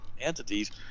entities